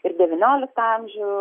ir devynioliktą amžių